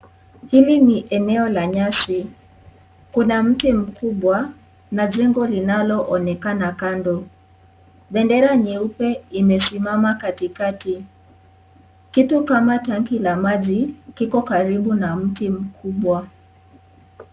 Hili ni eneo la nyasi kuna mti mkubwa na jengo linaloonekana kando bendera nyeupe imesimama katikati kitu kama tanki la maji kiko karibu na mti kikubwa.